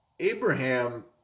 Abraham